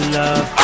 love